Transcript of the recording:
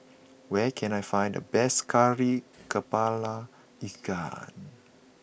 where can I find the best Kari Kepala Ikan